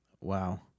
Wow